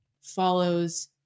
follows